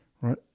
Right